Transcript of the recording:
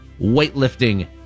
weightlifting